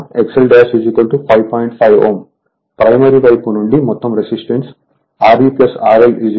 5 Ω primary వైపు నుండి మొత్తం రెసిస్టెన్స్ Re RL 0